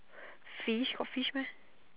fish got fish meh